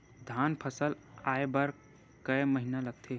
धान फसल आय बर कय महिना लगथे?